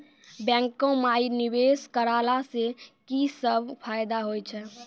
बैंको माई निवेश कराला से की सब फ़ायदा हो छै?